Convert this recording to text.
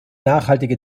nachhaltige